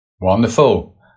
Wonderful